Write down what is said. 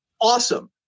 awesome